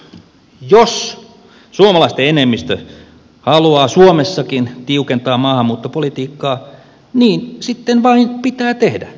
jos suomalaisten enemmistö haluaa suomessakin tiukentaa maahanmuuttopolitiikkaa niin sitten vain pitää tehdä